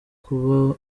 kuba